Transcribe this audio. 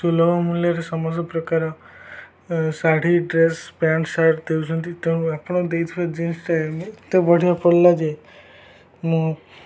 ସୁଲଭ ମୂଲ୍ୟରେ ସମସ୍ତ ପ୍ରକାର ଶାଢ଼ୀ ଡ୍ରେସ୍ ପ୍ୟାଣ୍ଟ ସାର୍ଟ ଦେଉଛନ୍ତି ତେଣୁ ଆପଣ ଦେଇଥିବା ଜିନ୍ସଟା ଏତେ ବଢ଼ିଆ ପଡ଼ିଲା ଯେ ମୁଁ